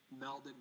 melded